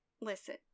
Listen